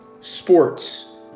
sports